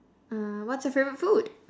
uh what's your favorite food